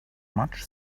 much